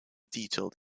detailed